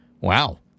wow